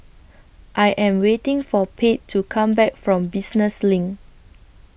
I Am waiting For Pate to Come Back from Business LINK